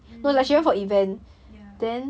嗯 ya